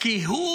כי הוא